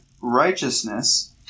righteousness